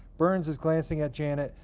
berns is glancing at janet.